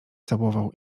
całował